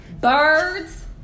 Birds